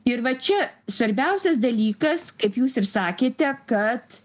ir va čia svarbiausias dalykas kaip jūs ir sakėte kad